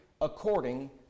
according